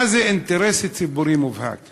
מה זה אינטרס ציבורי מובהק?